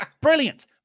Brilliant